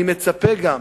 אני מצפה גם